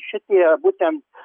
šitie būtent